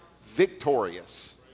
victorious